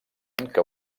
que